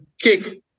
kick